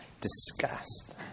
disgust